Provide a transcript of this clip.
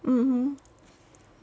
mmhmm